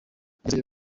agezeyo